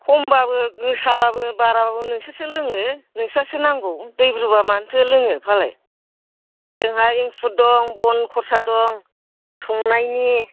खमबाबो गोसाबाबो बाराबाबो नोंसोरसो लोङो नोंसोरनोसो नांगौ दैब्रुबा मानोथो लोङो फालाय जोंहा एंखुर दं बन खरसा दं संनायनि